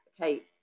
okay